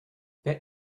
that